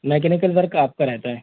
mechanical work आपका रहता है